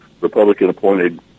Republican-appointed